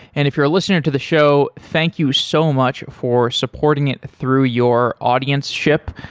and if you're a listener to the show, thank you so much for supporting it through your audienceship.